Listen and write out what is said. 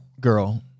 girl